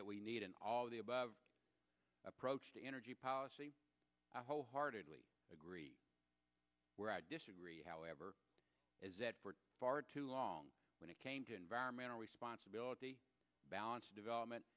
that we need an all of the above approach to energy policy i wholeheartedly agree where i disagree however is that for far too long when it came to environmental responsibility balanced development